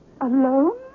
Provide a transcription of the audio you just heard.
Alone